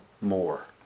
more